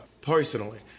personally